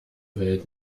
welt